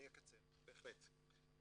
בהחלט.